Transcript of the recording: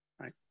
right